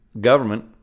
government